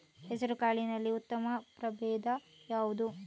ಹೆಸರುಕಾಳಿನಲ್ಲಿ ಉತ್ತಮ ಪ್ರಭೇಧ ಯಾವುದು?